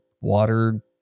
water